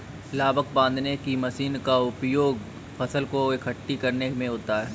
लावक बांधने की मशीन का उपयोग फसल को एकठी करने में होता है